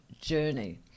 journey